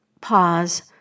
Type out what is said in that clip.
pause